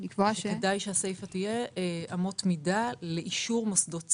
כדאי שהסיפא תהיה אמות מידה לאישור מוסדות ציבור.